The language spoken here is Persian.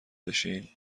بشین